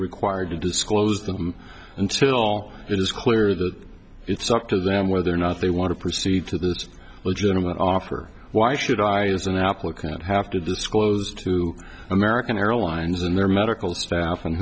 required to disclose them until it is clear that it's up to them whether or not they want to proceed to the legitimate offer why should i as an applicant have to disclose to american airlines and their medical staff and